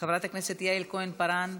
חבר הכנסת עמיר פרץ,